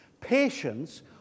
patience